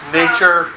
nature